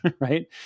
right